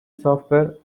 software